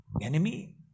Enemy